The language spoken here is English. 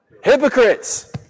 Hypocrites